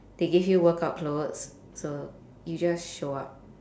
they give you workout clothes so you just show up